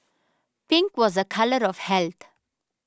pink was a colour of health